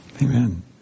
Amen